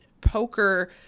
poker